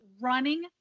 running